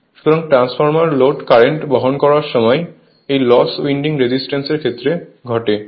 সুতরাং transformer load current বহন করার সময় এই লস উইন্ডিং রেসিসটেন্স এর ক্ষেত্রে ঘটে